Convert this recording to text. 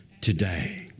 today